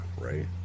Right